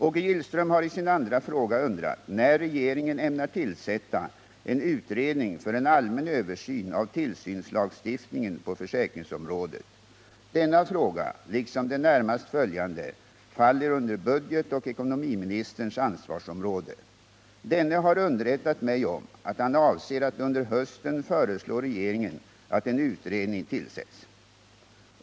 Åke Gillström har i sin andra fråga undrat när regeringen ämnar tillsätta en utredning för en allmän översyn av tillsynslagstiftningen på försäkringsområdet. Denna fråga, liksom den närmast följande, faller under budgetoch ekonomiministerns ansvarsområde. Denne har underrättat mig om att han avser att under hösten föreslå regeringen att en utredning tillsätts.